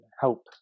help